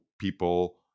people